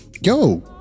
Yo